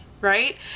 right